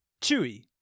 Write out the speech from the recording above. Chewy